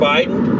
Biden